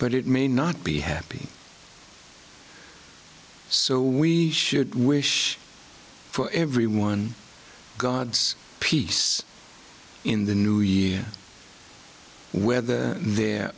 but it may not be happy so we should wish for everyone god's peace in the new year whether they're